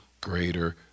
greater